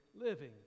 living